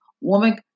woman